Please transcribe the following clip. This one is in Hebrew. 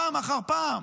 פעם אחר פעם,